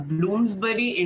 Bloomsbury